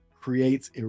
creates